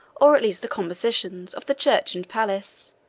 or at least the compositions, of the church and palace,